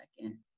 second